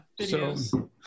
videos